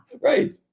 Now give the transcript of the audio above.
Right